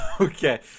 Okay